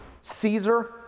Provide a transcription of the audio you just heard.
Caesar